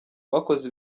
bakoze